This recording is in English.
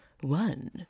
one